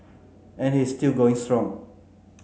and he is still going strong